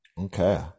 Okay